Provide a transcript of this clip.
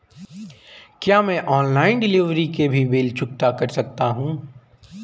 क्या मैं online delivery के भी बिल चुकता कर सकता हूँ?